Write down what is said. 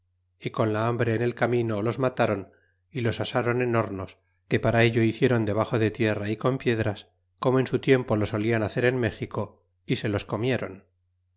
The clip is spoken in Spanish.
y con la hambre en el camino los matron y los asron en hornos que para ello hicieron debaxo de tierra y con piedras como en su tiempo lo solian hacer en méxico y se los comieron